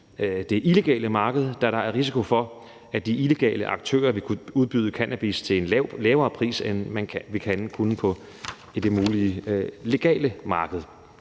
det illegale marked, da der er risiko for, at de illegale aktører vil kunne udbyde cannabis til en lavere pris, end man ville kunne på det mulige legale marked.